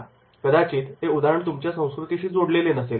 कारण कदाचित ते उदाहरण तुमच्या संस्कृतीशी जोडलेले नसेल